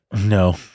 No